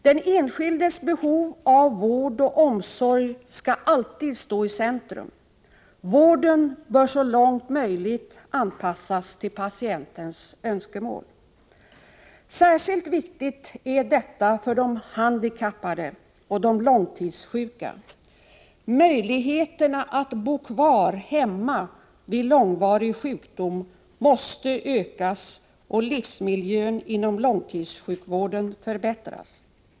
Den enskildes behov av vård och omsorg skall alltid stå i centrum. Vården bör så långt möjligt anpassas till patientens önskemål. Särskilt viktigt är detta för de handikappade och de långtidssjuka. Möjligheterna att bo kvar hemma vid långvarig sjukdom måste ökas och livsmiljön inom långtidssjukvården förbättras.